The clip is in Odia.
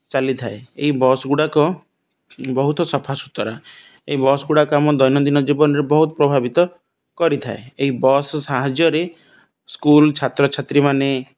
ଚାଲିଥାଏ ଏହି ବସ୍ଗୁଡ଼ାକ ବହୁତ ସଫା ସୁୁତରା ଏ ବସ୍ଗୁଡ଼ାକ ଆମ ଦୈନନ୍ଦିନ ଜୀବନରେ ବହୁତ ପ୍ରଭାବିତ କରିଥାଏ ଏହି ବସ୍ ସାହାଯ୍ୟରେ ସ୍କୁଲ୍ ଛାତ୍ରଛାତ୍ରୀମାନେ